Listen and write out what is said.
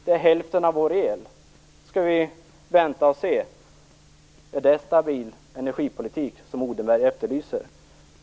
Det är hälften av vår el. Skall vi vänta och se? Är det stabil energipolitik, som Odenberg efterlyser?